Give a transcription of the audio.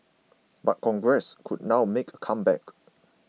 but Congress could now make a comeback